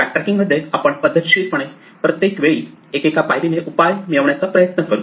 backtracking मध्ये आपण पद्धतशीरपणे प्रत्येक वेळी एकेका पायरीने उपाय मिळवण्याचा प्रयत्न करतो